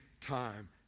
time